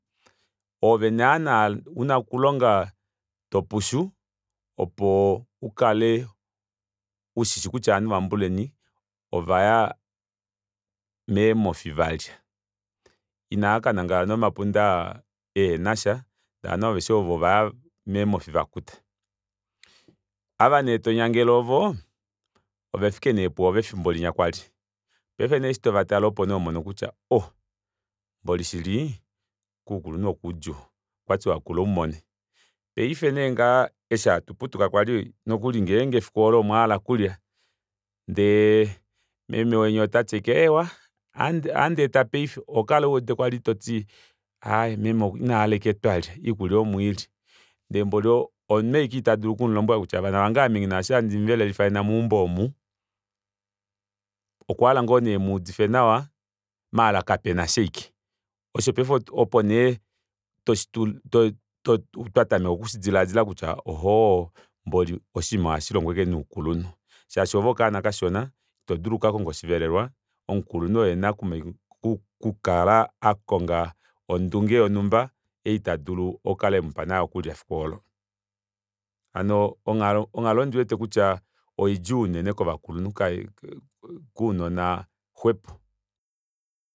Oove naana una okulonga topushu opo ukale ushishi kutya ovanhu vambuleni ovaya meemofi valya inaakanangala nomapunda ehenasha ndee ovanhu aveshe oovo ovaya meemofi vakuta ava nee tonyangele ovo ovefike nee pwoove efimbo linya kwali paife eshi nee tovatale opo nee homono kutya ohh mboli shili koukulunhu okudjuu okwatiwa kula umone paife nee ngaha eshi hatu putuka kwali nokuli ngenge efiku oolo omwahala okulya ndee meme weni otati eewa ohandeeta paife ohokola uwete kwali toti aaye meme inahala ashike twalya oikulya omo ili ndee mboli omunhu ashike kwali ita dulu oku mulombwela kutya vanavange ame nghina eshi handi muvelelifa nena meumbo omu okwa hala ngoo nee emuudife nawa maala kapenasha ashike osho paife opo nee toshi to- to- twatameka okushidilaadila kutya ohhh mboli oshinima ohashilongo ashike noukulunhu shaashi oove okanona kashona itodulu okukakonga oshivelelwa omukulunhu oye ena okukala akonga ondunge yonumba ei tadulu okukala emupa nayo efiku olo ano ondiwete kutya onghalo oidjuu unene kovakulunhu kounona xwepo